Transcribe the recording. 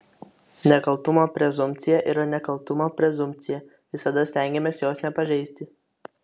nekaltumo prezumpcija yra nekaltumo prezumpcija visada stengiamės jos nepažeisti